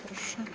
Proszę.